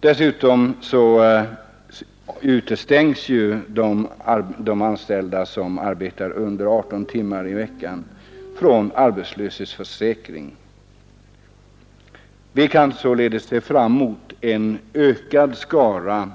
Dessutom utestängs ju de anställda som arbetar mindre än 18 timmar i veckan från arbetslöshetsförsäkring. Vi kan således se fram mot en ökad skara